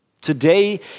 Today